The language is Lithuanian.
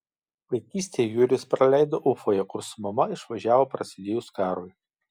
vaikystę jurijus praleido ufoje kur su mama išvažiavo prasidėjus karui